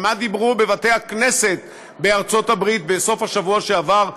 ומה דיברו בבתי-הכנסת בארצות הברית בסוף השבוע שעבר,